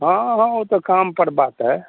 हँ हँ उ त काम पर बात है